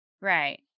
Right